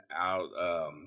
out